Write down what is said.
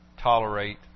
tolerate